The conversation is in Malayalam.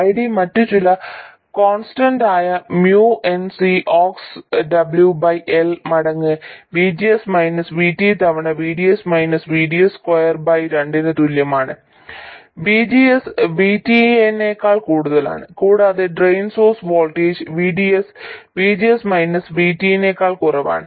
ID മറ്റ് ചില കോൺസ്റ്റന്റായ mu n C ox W by L മടങ്ങ് VGS മൈനസ് VT തവണ VDS minus VDS square by രണ്ടിന് തുല്യമാണ് VGS VT നേക്കാൾ കൂടുതലാണ് കൂടാതെ drain source voltage VDS VGS minus VTനേക്കാൾ കുറവുമാണ്